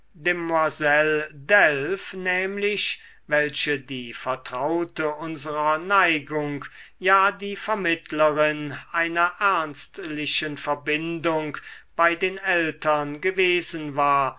delph nämlich welche die vertraute unserer neigung ja die vermittlerin einer ernstlichen verbindung bei den eltern gewesen war